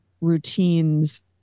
routines